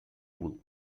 rule